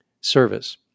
service